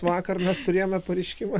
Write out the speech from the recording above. vakar mes turėjome pareiškimą